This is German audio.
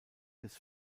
des